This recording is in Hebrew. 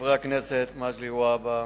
חברי הכנסת מגלי והבה,